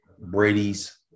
Brady's